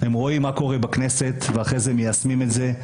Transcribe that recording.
הם רואים מה קורה בכנסת ואחרי זה מיישמים את זה,